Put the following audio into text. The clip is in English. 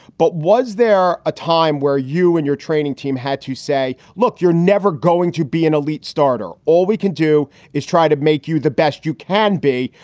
but was there a time where you and your training team had to say, look, you're never going going to be an elite starter? all we can do is try to make you the best you can be.